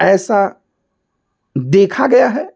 ऐसा देखा गया है